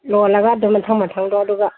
ꯂꯣꯜꯂꯒ ꯑꯗꯨꯝ ꯃꯊꯪ ꯃꯊꯪꯗꯣ ꯑꯗꯨꯒ